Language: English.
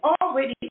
already